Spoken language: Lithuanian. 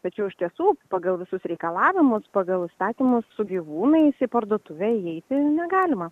tačiau iš tiesų pagal visus reikalavimus pagal įstatymus su gyvūnais į parduotuvę įeiti negalima